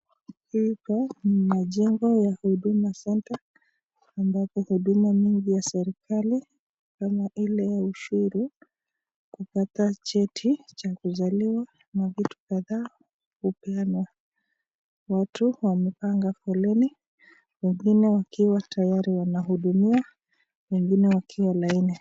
Hili ni jengo ya huduma Center ambapo huduma mingi ya serikali kama ile ya ushuru, kupata cheti cha kuzaliwa na vitu kadhaa hupewa. Watu wamepanga foleni, wengine wakiwa tayari wanahudumiwa, wengine wakiwa laini.